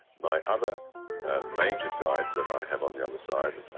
my other major guide that i have on the other side,